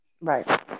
Right